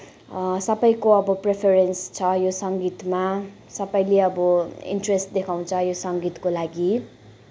सबैको अब प्रिफरेन्स छ यो सङ्गीतमा सबैले अब इन्ट्रेस्ट देखाउँछ यो सङ्गीतको लागि